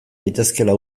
daitezkeela